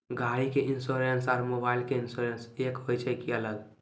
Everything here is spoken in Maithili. गाड़ी के इंश्योरेंस और मोबाइल के इंश्योरेंस एक होय छै कि अलग?